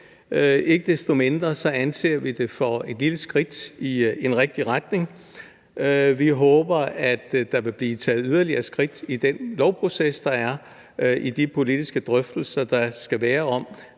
Ikke desto mindre anser vi det for et lille skridt i en rigtig retning. Vi håber, at der vil blive taget yderligere skridt i den lovproces, der er, og i de politiske drøftelser, der skal være om,